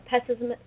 pessimism